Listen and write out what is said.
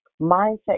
Mindset